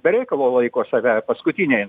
be reikalo laiko save paskutinia instancija